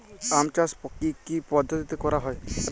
আম চাষ কি কি পদ্ধতিতে করা হয়?